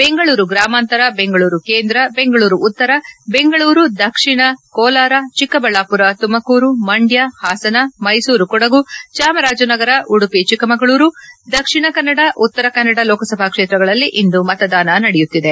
ಬೆಂಗಳೂರು ಗ್ರಾಮಾಂತರ ಬೆಂಗಳೂರು ಕೇಂದ್ರ ಬೆಂಗಳೂರು ಉತ್ತರ ಬೆಂಗಳೂರು ದಕ್ಷಿಣ ಕೋಲಾರ ಚಿಕ್ಕಬಳ್ಳಾಪುರ ತುಮಕೂರು ಮಂಡ್ಯ ಹಾಸನ ಮೈಸೂರು ಕೊಡಗು ಚಾಮರಾಜನಗರ ಉಡುಪಿ ಚಿಕ್ಕ ಮಗಳೂರು ದಕ್ಷಿಣ ಕನ್ನಡ ಉತ್ತರ ಕನ್ನಡ ಲೋಕಸಭಾ ಕ್ವೇತ್ರಗಳಲ್ಲಿ ಇಂದು ಮತದಾನ ನಡೆಯಲಿದೆ